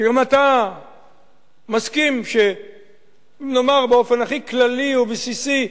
שגם אתה מסכים שנאמר באופן הכי כללי ובסיסי: